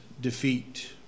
defeat